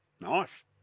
Nice